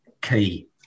key